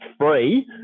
free